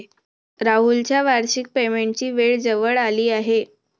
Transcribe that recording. राहुलच्या वार्षिक पेमेंटची वेळ जवळ आली आहे